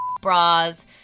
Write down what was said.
bras